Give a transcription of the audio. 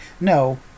No